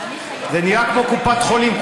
זה נראה כמו קופת חולים,